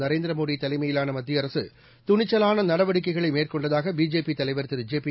நரேந்திர மோடி தலைமையிலான மத்திய அரசு துணிச்சலான நடவடிக்கைகளை மேற்கொண்டதாக பிஜேபி தலைவர் திரு ஜெபி